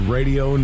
Radio